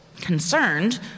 Concerned